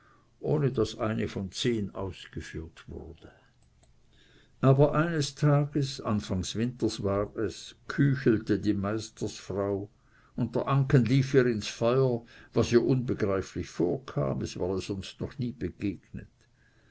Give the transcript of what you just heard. ohne daß von zehn eine ausgeführt wurde aber eines tages anfangs winters war es küchelte die meistersfrau und der anken lief ihr ins feuer was ihr unbegreiflich vorkam es war ihr sonst noch nie begegnet